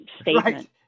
statement